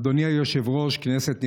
אדוני היושב-ראש, כנסת נכבדה,